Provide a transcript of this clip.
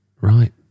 Right